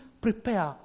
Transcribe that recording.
prepare